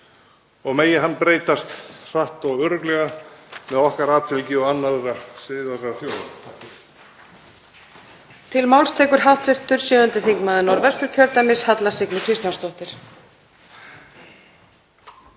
og megi hann breytast hratt og örugglega með okkar atfylgi og annarra siðaðra þjóða.